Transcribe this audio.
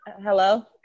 Hello